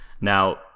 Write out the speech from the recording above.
Now